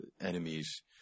enemies